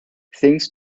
things